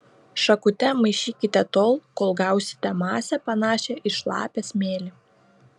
šakute maišykite tol kol gausite masę panašią į šlapią smėlį